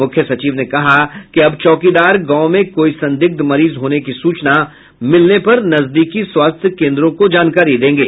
मुख्य सचिव ने कहा कि अब चौकीदार गांव में कोई संदिग्ध मरीज होने की सूचना मिलने पर नजदीकी स्वास्थ्य केंद्रों को जानकारी देंगे